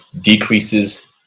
decreases